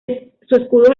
escudo